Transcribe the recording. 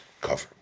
cover